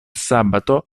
sabato